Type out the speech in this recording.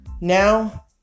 Now